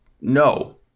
no